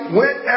went